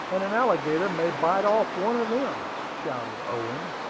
and an alligator may bite off one of them, shouted owen,